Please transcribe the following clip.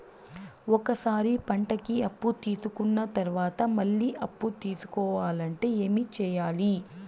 ఒక సారి పంటకి అప్పు తీసుకున్న తర్వాత మళ్ళీ అప్పు తీసుకోవాలంటే ఏమి చేయాలి?